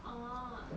orh